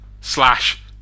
slash